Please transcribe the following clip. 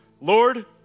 Lord